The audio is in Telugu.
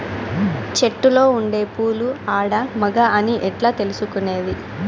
చెట్టులో ఉండే పూలు ఆడ, మగ అని ఎట్లా తెలుసుకునేది?